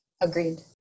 Agreed